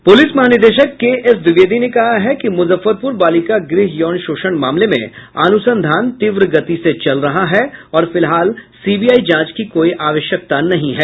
प्रलिस महानिदेशक K S Dwivedi ने कहा है कि मुजफ्फरपुर बालिका गृह यौन शोषण मामले में अनुसंधान तीव्र गति से चल रहा है और फिलहाल सीबीआई जांच की कोई आवश्यकता नहीं है